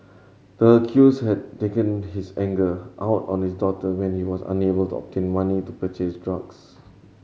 the accused had taken his anger out on his daughter when he was unable to obtain money to purchase drugs